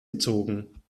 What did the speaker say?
gezogen